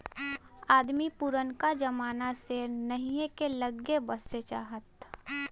अदमी पुरनका जमाना से नहीए के लग्गे बसे चाहत